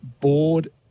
board